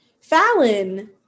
Fallon